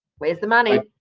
where's the money?